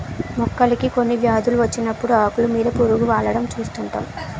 మొక్కలకి కొన్ని వ్యాధులు వచ్చినప్పుడు ఆకులు మీద పురుగు వాలడం చూస్తుంటాం